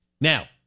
Now